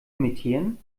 imitieren